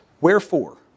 Wherefore